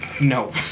No